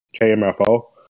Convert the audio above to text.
KMFO